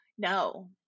No